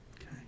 Okay